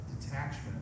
detachment